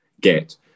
get